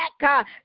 back